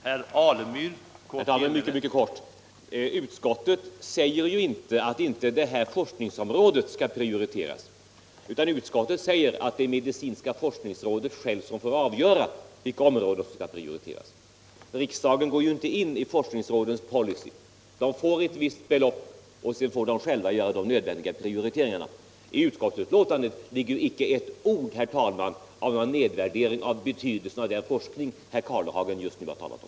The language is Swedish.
Herr talman! Mitt inlägg skall bli mycket kort. Utskottet säger ju inte att detta forskningsområde intexskall prioriteras, utan att det är medicinska forskningsrådet som självt får avgöra vilka områden som kan prioriteras. Riksdagen lägger sig ju inte i forskningsrådens policy. De får ett visst belevp, och sedan får de själva göra de nödvändiga prioriteringarna. I utskottsbetänkandet ligger icke ett ord, herr talman, av någon nedvärdering av betydelsen av den forskning herr Karlehagen talat om.